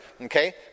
okay